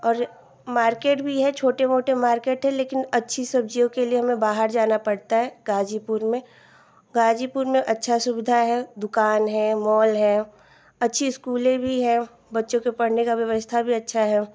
और मार्केट भी है छोटे मोटे मार्केट हैं लेकिन अच्छी सब्ज़ियों के लिए हमें बाहर जाना पड़ता है गाज़ीपुर में गाज़ीपुर में अच्छी सुविधा है दुकान है मॉल है अच्छे स्कूल भी हैं बच्चों के पढ़ने की व्यवस्था भी अच्छी है